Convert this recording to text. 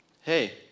hey